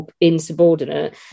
insubordinate